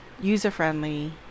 user-friendly